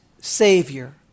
Savior